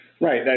Right